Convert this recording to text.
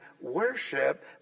worship